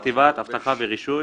ראש חטיבת אבטחה ורישוי